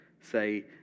say